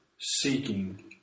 seeking